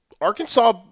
Arkansas